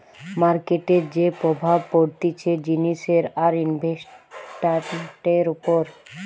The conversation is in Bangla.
মার্কেটের যে প্রভাব পড়তিছে জিনিসের আর ইনভেস্টান্টের উপর